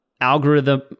algorithm